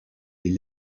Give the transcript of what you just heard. les